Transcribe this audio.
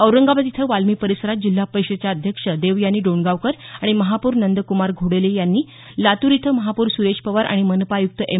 औरंगाबाद इथं वाल्मी परिसरात जिल्हा परिषदेच्या अध्यक्ष देवयानी डोणगावकर आणि महापौर नंद्कुमार घोडेले यांनी लातूर इथं महापौर सुरेश पवार आणि मनपा आयुक्त एम